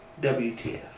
WTF